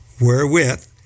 wherewith